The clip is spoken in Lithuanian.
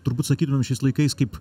turbūt sakytumėm šiais laikais kaip